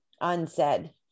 unsaid